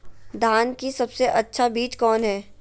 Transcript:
धान की सबसे अच्छा बीज कौन है?